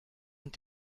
und